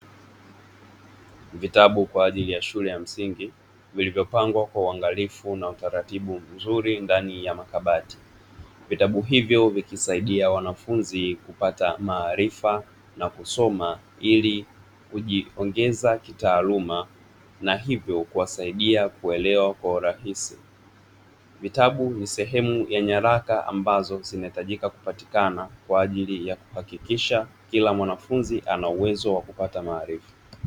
Vitabu kwaajili ya shule ya msingi vilivyopangwa kwa uangalifu na utaratibu mzuri ndani ya makabati. Vitabu hivyo vikisaidia wanafunzi kupata maarifa na kusoma ili kujiongeza kitaaluma na hivyo kuwasaidia kuelewa kwa uraisi. Vitabu ni sehemu ya nyaraka ambazo zinahitajika kupatikana kwaajili ya kuhakikisha kila mwanafunzi ana uwezo wa kupata maarifa.